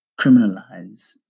criminalize